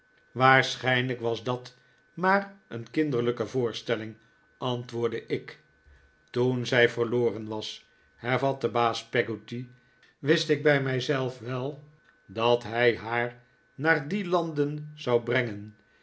waarschijnlijk was dat maar een kinderlijke voorstelling antwoordde ik toen zij verloren was hervatte baas peggotty wist ik bij mijzelf wel dat hij haar naar die landen zou brengen